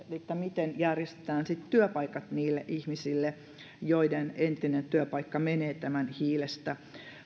miten järjestetään sitten työpaikat niille ihmisille joiden entinen työpaikka menee tämän hiilestä